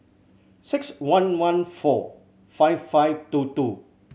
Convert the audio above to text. six one one four five five two two